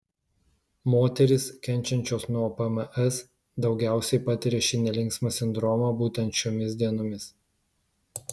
moterys kenčiančios nuo pms daugiausiai patiria šį nelinksmą sindromą būtent šiomis dienomis